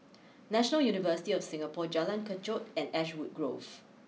National University of Singapore Jalan Kechot and Ashwood Grove